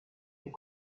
est